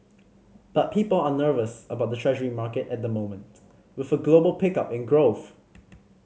but people are nervous about the Treasury market at the moment with a global pickup in growth